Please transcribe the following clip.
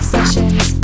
Sessions